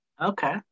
Okay